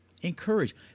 Encourage